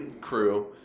crew